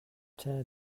tear